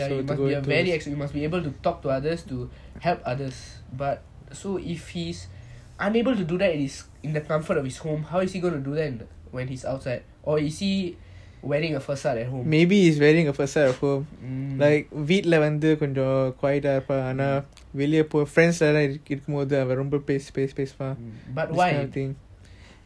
ya you must be very extrovert you must be able to talk to others to help others but so if he is unable to do that in his the comfort of his home how is he going to do that when he is outside or is he wearing a facet at home